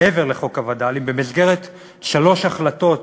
מעבר לחוק הווד"לים, במסגרת שלוש החלטות